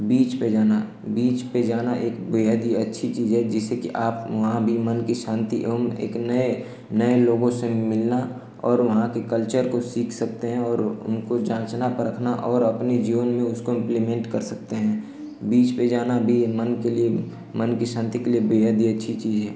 बीच पर जाना बीच पर जाना एक बेहद ही अच्छी चीज़ है जिससे कि आप वहाँ भी मन की शान्ति एवं एक नए नए लोगों से मिलना और वहाँ के कल्चर को सीख सकते हैं और उनको जाँचना परखना और अपने जीवन में उसको हम इम्प्लीमेन्ट कर सकते हैं बीच पर जाना भी मन के लिए मन की शान्ति के लिए बेहद ही अच्छी चीज़ है